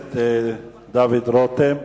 הכנסת דוד רותם.